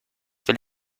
will